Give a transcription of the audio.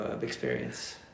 experience